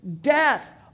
death